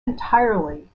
entirely